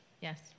Yes